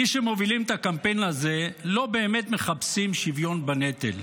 מי שמובילים את הקמפיין הזה לא באמת מחפשים שוויון בנטל.